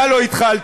אתה לא התחלת,